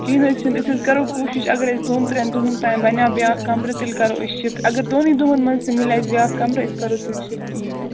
کہیٖنۍ حظ چھُنہٕ أسۍ حظ کَرو کوٗشِس اَگر اَسہِ دۄن ترٛین دۄہَن تانۍ بَنٛیو بیاکھ کَمرٕ تٚلہِ کَرو أسۍ شِفٹ اگر دوٚنُے دۄہَن منٛز مِلہِ اَسہِ بیاکھ کَمرٕ أسۍ کَرویلہِِ شِفٹ یوٗرۍ